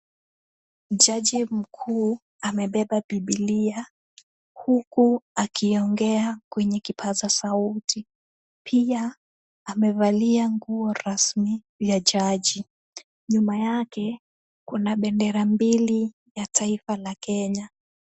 Jaji mkuu amebeba bibilia huku akiongea kwenye kipaza sauti. Pia amevalia nguo rasmi ya jaji. Nyuma yake kuna bendera mbili za taifa la Kenya.